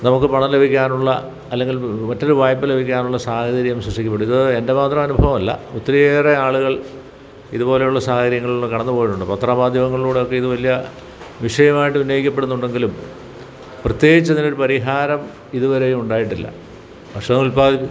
നമുക്ക് പണം ലഭിക്കാനുള്ള അല്ലെങ്കിൽ മറ്റൊരു വായ്പ ലഭിക്കാനുള്ള സാഹചര്യം സൃഷ്ടിക്കപ്പെടുന്നു ഇത് എൻ്റെ മാത്രം അനുഭവമല്ല ഒത്തിരിയേറെ ആളുകൾ ഇതുപോലെയുള്ള സാഹചര്യങ്ങളിൽ കടന്നു പോയിട്ടുണ്ട് പത്ര മാധ്യമങ്ങളിലൂടെയൊക്കെ ഇതു വലിയ വിഷയമായിട്ട് ഉന്നയിക്കപ്പെടുന്നുണ്ടെങ്കിലും പ്രത്യേകിച്ചിതിനൊരു പരിഹാരം ഇതുവരെ ഉണ്ടായിട്ടില്ല ഭക്ഷണോത്പാദി